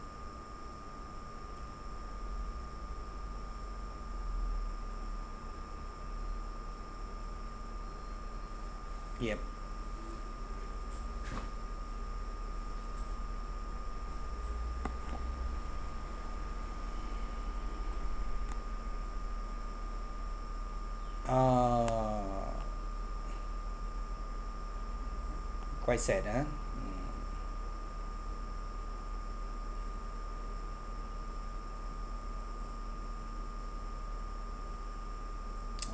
yup ah quite sad ah mm